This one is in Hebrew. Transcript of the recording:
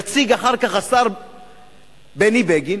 יציג אחר כך השר בני בגין,